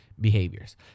behaviors